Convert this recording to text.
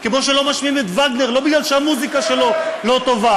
כמו שלא משמיעים את וגנר לא בגלל שהמוזיקה שלו לא טובה